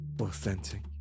authentic